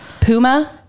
Puma